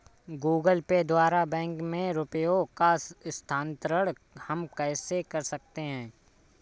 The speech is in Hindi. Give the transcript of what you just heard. गूगल पे द्वारा बैंक में रुपयों का स्थानांतरण हम कैसे कर सकते हैं?